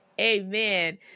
Amen